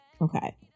Okay